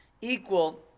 Equal